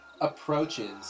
approaches